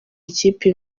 ikipe